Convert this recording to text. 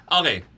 okay